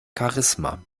charisma